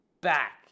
back